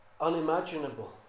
unimaginable